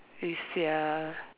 you see ah